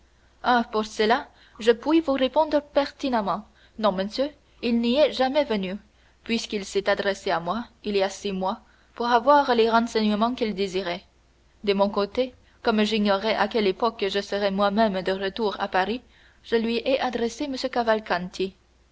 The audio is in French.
ah pour cela je puis vous répondre pertinemment non monsieur il n'y est jamais venu puisqu'il s'est adressé à moi il y a six mois pour avoir les renseignements qu'il désirait de mon côté comme j'ignorais à quelle époque je serais moi-même de retour à paris je lui ai adressé